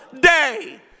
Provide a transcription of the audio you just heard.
day